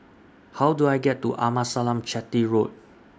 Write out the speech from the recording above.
How Do I get to Amasalam Chetty Road